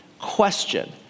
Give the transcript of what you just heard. question